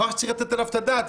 זה דבר שצריך לתת עליו את הדעת,